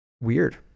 weird